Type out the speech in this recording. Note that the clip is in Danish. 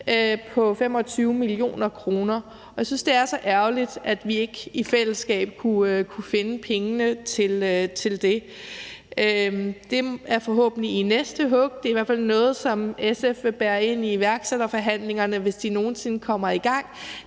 på 25 mio. kr., og jeg synes, det er så ærgerligt, at vi ikke i fællesskab kunne finde pengene til det. Det er forhåbentlig i næste hug. Det er i hvert fald noget, som SF vil bære ind i iværksætterforhandlingerne, hvis de nogen sinde kommer i gang.